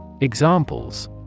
Examples